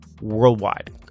worldwide